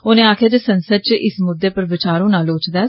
उनें आक्खेआ जे संसद च इस मुद्दे पर विचार होना लोड़चदा ऐ